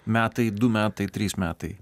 metai du metai trys metai